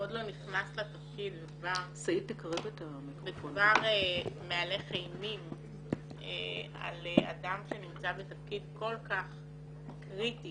עוד לא נכנס לתפקיד וכבר מהלך אימים על אדם שנמצא בתפקיד כל כך קריטי.